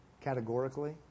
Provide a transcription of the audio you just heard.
Categorically